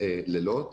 לילות